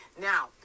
Now